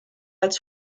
als